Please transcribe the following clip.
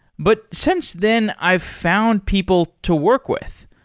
but since then, i've found people to work with,